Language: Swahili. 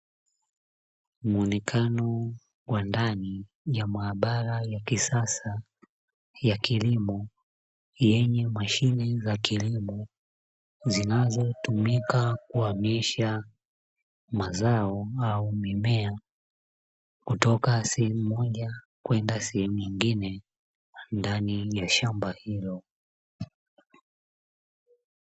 Muonekano wa ndani ya maabara ya kisasa ya kilimo yenye mashine za kilimo, zinazotumika kuhamisha mazao au mimea kutoka sehemu moja kwenda sehemu nyingine ndani ya shamba hilo.